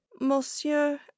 monsieur